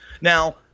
Now